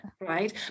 right